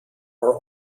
are